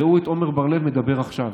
ראו את עמר בר לב מדבר עכשיו,